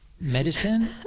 medicine